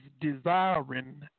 desiring